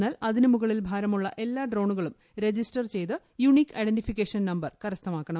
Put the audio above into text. എന്നാൽ അതിന്റും മുകളിൽ ഭാരമുള്ള എല്ലാ ഡ്രോണുകളും റജിസ്റ്റർ ചെയ്തു യുണിക്ട് ഐഡന്റിഫിക്കേഷൻ നമ്പർ കരസ്ഥമാക്കണം